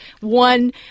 one